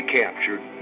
captured